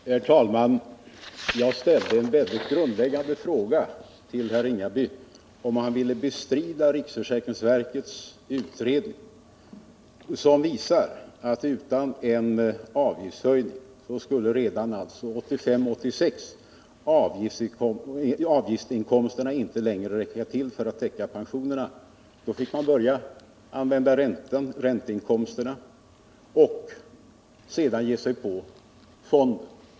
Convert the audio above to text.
Herr talman! Jag ställde en grundläggande fråga till herr Ringaby, om han ville bestrida riksförsäkringsverkets utredning, som visar att utan en avgiftshöjning skulle redan 1985/1986 avgiftsinkomsterna inte längre räcka till för att täcka pensionerna. Då skulle man få börja använda ränteinkomsterna och sedan ge sig på fonden.